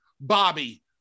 Bobby